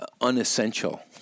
unessential